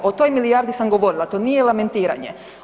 O toj milijardi sam govorila, to nije lamentiranje.